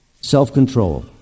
self-control